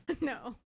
No